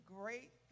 great